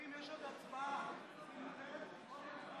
ניגשים להצבעה על הצעת האי-אמון